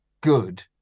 good